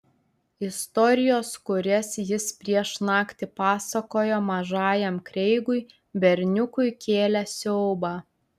istorijos kurias jis prieš naktį pasakojo mažajam kreigui berniukui kėlė siaubą